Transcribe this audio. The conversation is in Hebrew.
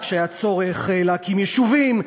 כשהיה צורך להקים יישובים,